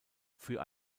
für